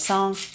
song